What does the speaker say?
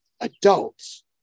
adults